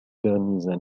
dernières